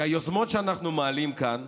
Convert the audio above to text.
כי היוזמות שאנחנו מעלים כאן